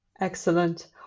Excellent